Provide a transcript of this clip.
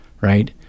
right